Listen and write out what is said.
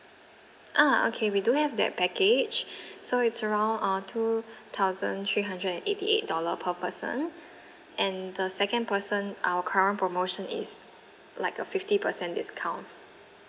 ah okay we do have that package so it's around uh two thousand three hundred and eighty eight dollar per person and the second person our current promotion is like a fifty percent discount